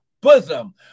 bosom